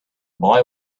boy